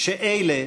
שאלה